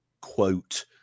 quote